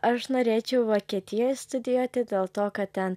aš norėčiau vokietijoj studijuoti dėl to kad ten